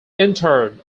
interred